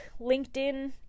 LinkedIn